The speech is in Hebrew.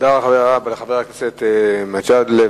תודה לחבר הכנסת מג'אדלה,